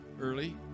early